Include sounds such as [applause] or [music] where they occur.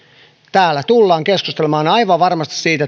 täällä tullaan keskustelemaan tulevaisuudessa aivan varmasti siitä [unintelligible]